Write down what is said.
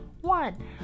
one